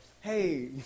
hey